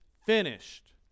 Finished